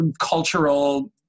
cultural